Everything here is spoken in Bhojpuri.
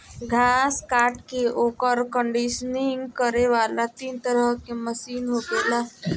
घास काट के ओकर कंडीशनिंग करे वाला तीन तरह के मशीन होखेला